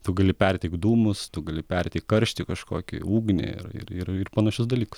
tu gali perteikt dūmus tu gali perteik karštį kažkokį ugnį ir ir ir ir panašius dalykus